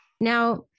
Now